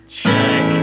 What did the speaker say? check